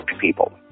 people